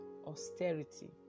austerity